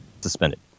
suspended